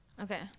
Okay